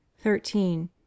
thirteen